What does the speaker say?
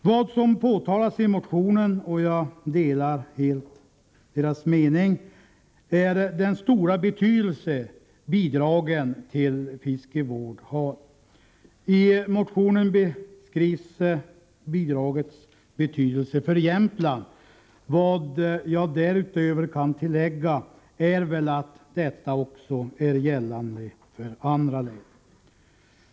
Vad som framhålls i motionen — och jag delar helt motionärernas mening — är den stora betydelse som bidragen till fiskevård har. I motionen beskrivs bidragets betydelse för Jämtland. Vad jag därutöver kan tillägga är väl att detta också gäller för andra län.